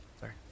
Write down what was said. Sorry